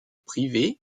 privé